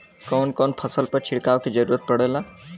कवन कवन फसल पर छिड़काव के जरूरत पड़ेला?